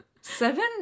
Seven